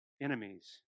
enemies